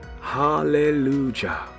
Hallelujah